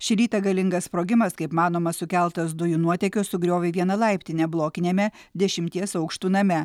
šį rytą galingas sprogimas kaip manoma sukeltas dujų nuotėkio sugriovė vieną laiptinę blokiniame dešimties aukštų name